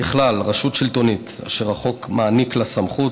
ככלל, רשות שלטונית אשר החוק מעניק לה סמכות